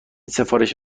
سفارش